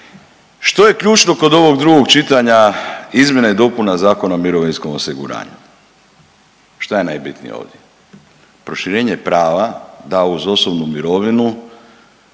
Što je ključno kod ovog drugog čitanja izmjena i dopuna Zakona o mirovinskom osiguranju? Šta je najbitnije ovdje? Proširenje prava da uz osobnu mirovinu